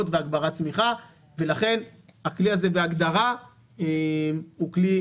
והגברת צמיחה ולכן הכלי הזה בהגדרה הוא כלי